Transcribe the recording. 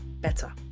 better